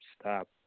stop